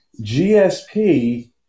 GSP